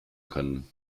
können